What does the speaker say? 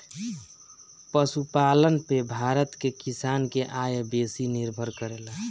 पशुपालन पे भारत के किसान के आय बेसी निर्भर करेला